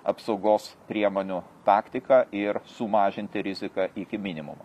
apsaugos priemonių taktiką ir sumažinti riziką iki minimumo